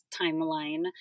timeline